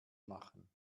machen